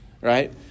right